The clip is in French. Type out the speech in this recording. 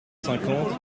cinquante